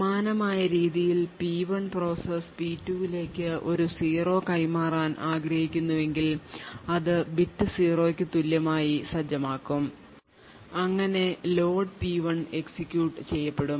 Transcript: സമാനമായ രീതിയിൽ P1 process P2 process ലേക്ക് ഒരു 0 കൈമാറാൻ ആഗ്രഹിക്കുന്നുവെങ്കിൽ അത് ബിറ്റ് 0 ക്കു തുല്യമായി സജ്ജമാക്കും അങ്ങനെ ലോഡ് P1 എക്സിക്യൂട്ട് ചെയ്യപ്പെടും